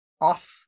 off